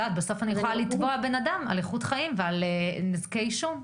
בסוף אני יכולה לתבוע בן אדם על איכות חיים ונזקי עישון.